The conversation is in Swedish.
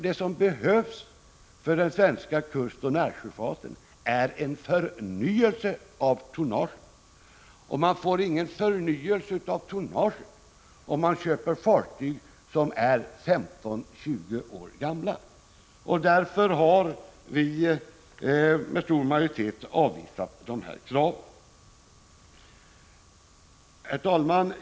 Det som behövs för den svenska kustoch närsjöfarten är en förnyelse av tonnaget, och man får ingen förnyelse av tonnaget om man köper fartyg som är 15-20 år gamla. Därför har vi med stor majoritet avvisat kravet. Herr talman!